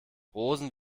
rosen